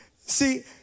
See